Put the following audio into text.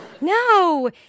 No